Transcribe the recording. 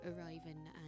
arriving